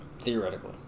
Theoretically